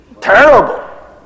Terrible